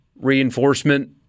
reinforcement